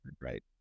right